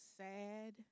sad